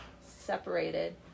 separated